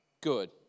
good